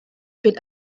been